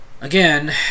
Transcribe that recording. again